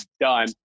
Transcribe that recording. done